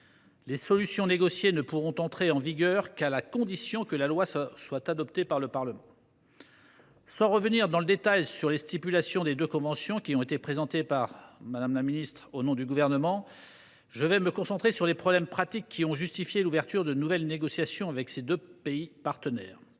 Les solutions négociées n’entreront en vigueur qu’à la condition que la loi soit adoptée par le Parlement. Sans revenir dans le détail sur les stipulations des deux conventions, qui ont été présentées par Mme la secrétaire d’État au nom du Gouvernement, mon propos se concentrera sur les problèmes pratiques qui ont justifié l’ouverture de nouvelles négociations avec ces deux pays partenaires.